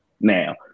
now